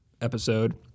episode